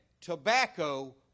tobacco